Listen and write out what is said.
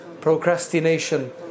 procrastination